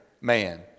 man